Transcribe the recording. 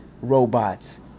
robots